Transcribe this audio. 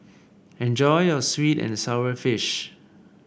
enjoy your sweet and sour fish